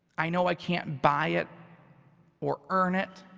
i know i can't buy it or earn it,